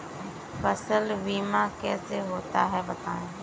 फसल बीमा कैसे होता है बताएँ?